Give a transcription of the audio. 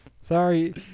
Sorry